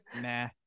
nah